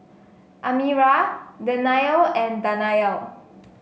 Amirah Danial and Danial